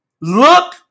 look